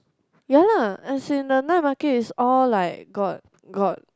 ya lah as in the night market is all like got got